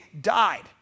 died